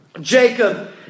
Jacob